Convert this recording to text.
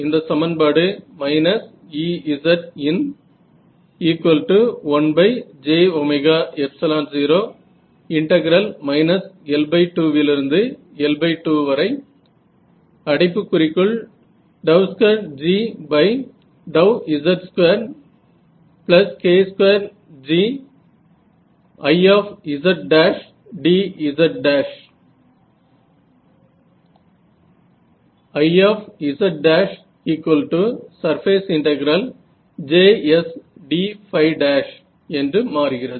இந்த சமன்பாடு Ezinij0 L2L22Gz2k2GIzdz IzJsd என்று மாறுகிறது